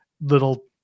little